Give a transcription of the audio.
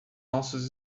nossos